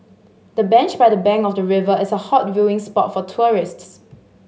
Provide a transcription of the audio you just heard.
the bench by the bank of the river is a hot viewing spot for tourists